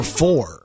four